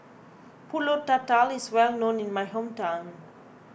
Pulut Tatal is well known in my hometown